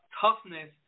toughness